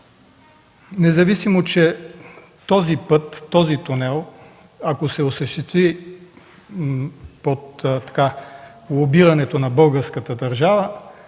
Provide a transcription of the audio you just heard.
Независимо, че този път, този тунел, ако ще се осъществи под лобирането на българската държава,